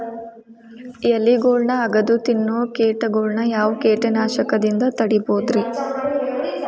ಎಲಿಗೊಳ್ನ ಅಗದು ತಿನ್ನೋ ಕೇಟಗೊಳ್ನ ಯಾವ ಕೇಟನಾಶಕದಿಂದ ತಡಿಬೋದ್ ರಿ?